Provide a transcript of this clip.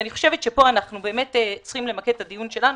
אני חושבת שבזה אנחנו צריכים למקד את הדיון שלנו,